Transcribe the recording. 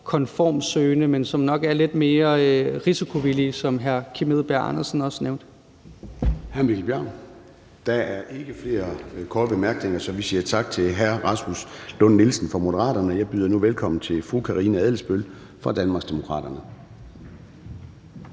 konformitetssøgende, men som nok er lidt mere risikovillige, hvilket hr. Kim Edberg Andersen også nævnte. Kl. 14:31 Formanden (Søren Gade): Hr. Mikkel Bjørn? Nej. Der er ikke flere korte bemærkninger, så vi siger tak til hr. Rasmus Lund-Nielsen fra Moderaterne. Jeg byder nu velkommen til fru Karina Adsbøl fra Danmarksdemokraterne.